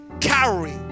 carry